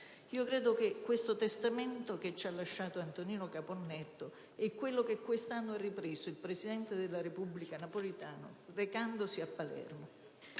Io credo che questo testamento, che ci ha lasciato Antonino Caponnetto, sia quello che quest'anno ha ripreso il presidente della Repubblica Napolitano recandosi a Palermo.